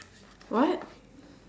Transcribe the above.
what